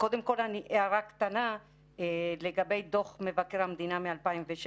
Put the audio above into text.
קודם כל הערה קטנה לגבי דוח מבקר המדינה מ-2016.